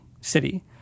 city